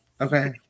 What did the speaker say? Okay